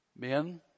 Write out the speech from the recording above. Men